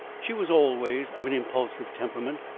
she was always of an impulsive temperament,